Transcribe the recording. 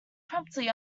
promptly